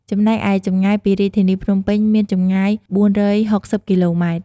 ចំណែកឯចម្ងាយពីរាជធានីភ្នំពេញមានចម្ងាយ ៤៦០គីឡូម៉ែត្រ។